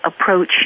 approach